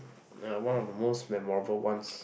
uh one of the most memorable ones